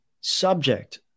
subject